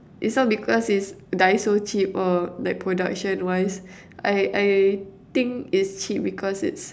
is not because is Daiso cheap or like production wise I I think is cheap because it's